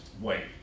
wait